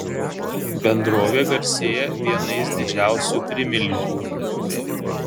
bendrovė garsėja vienais didžiausių primilžių